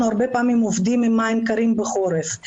הרבה פעמים עובדים עם מים קרים בחורף.